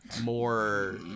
more